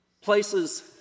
Places